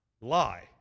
lie